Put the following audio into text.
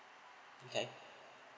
okay